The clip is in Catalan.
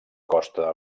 costa